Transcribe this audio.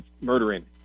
murdering